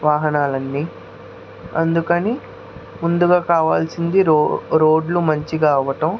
వాహనాలన్నీ అందుకని ముందుగా కావాల్సింది రో రోడ్లు మంచిగా అవ్వడం